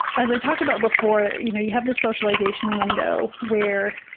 as i talked about before, you know, you have the socialization window where